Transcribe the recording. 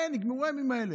אין, נגמרו הימים האלה.